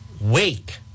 wake